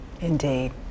Indeed